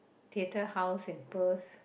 theatre house in Perth